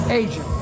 agent